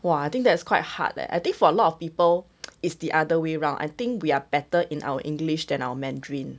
!wah! I think that is quite hard leh I think for a lot of people is the other way round I think we are better in our english than our mandarin